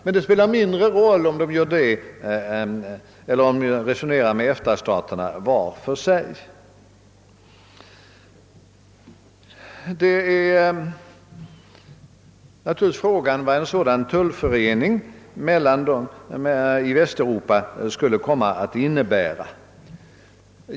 Detta spelar emellertid mindre roll. Frågan gäller naturligtvis vad en sådan tullförening i Västeuropa skulle komma att innebära.